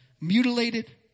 mutilated